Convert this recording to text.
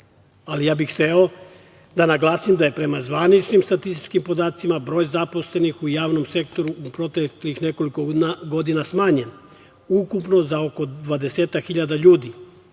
Ali, ja bih hteo da naglasim da je prema zvaničnim statističkim podacima broj zaposlenih u javnom sektoru u proteklih nekoliko godina smanjen, ukupno za oko 20 hiljada